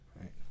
Right